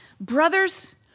Brothers